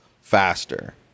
faster